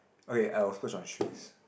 okay I will splurge on shoes